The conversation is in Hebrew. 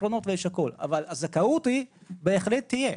אבל הזכאות בהחלט תהיה,